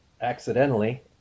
accidentally